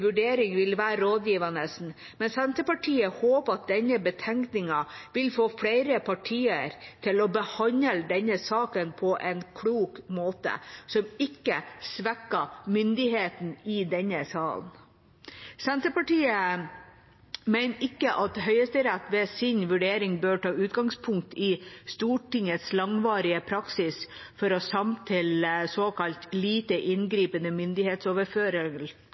vurdering. Høyesteretts vurdering vil være rådgivende, men Senterpartiet håper at denne betenkningen vil få flere partier til å behandle denne saken på en klok måte som ikke svekker myndigheten i denne salen. Senterpartiet mener ikke at Høyesterett ved sin vurdering bør ta utgangspunkt i Stortingets langvarige praksis for å samtykke til såkalt lite inngripende myndighetsoverføring